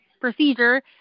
procedure